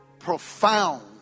profound